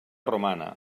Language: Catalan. romana